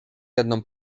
jedną